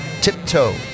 tiptoe